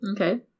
Okay